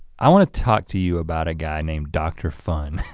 i wanna talk to you about a guy named dr. fun.